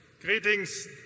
Greetings